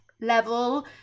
level